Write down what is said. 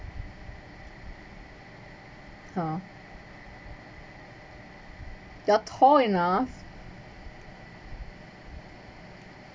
ha you're tall enough